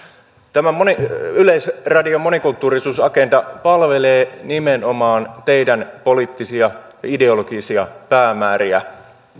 tämä yleisradion monikulttuurisuusagenda palvelee nimenomaan teidän poliittisia ja ideologisia päämääriänne